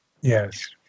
Yes